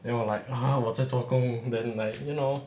then 我 like !huh! 我在做工 then like you know